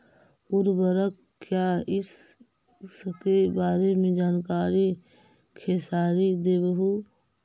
उर्वरक क्या इ सके बारे मे जानकारी खेसारी देबहू?